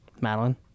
Madeline